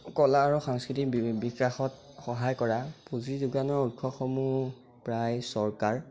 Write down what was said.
কলা আৰু সাংস্কৃতিৰ বিকাশত সহায় কৰা পুঁজি যোগানৰ উৎসসমূহ প্ৰায় চৰকাৰ